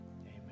Amen